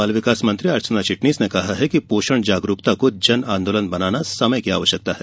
महिला बाल विकास मंत्री अर्चना चिटनिस ने कहा है कि पोषण जागरूकता को जन आंदोलन बनाना समय की आवश्यकता है